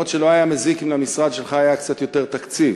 אף שלא היה מזיק אם למשרד שלך היה קצת יותר תקציב.